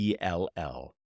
ell